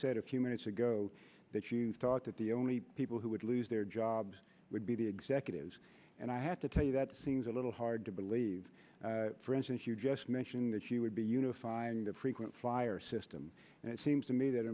said a few minutes ago that you thought that the only people who would lose their jobs would be the executives and i have to tell you that seems a little hard to believe for instance you just mentioned that you would be unifying to frequent flyer system and it seems to me that